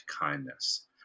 kindness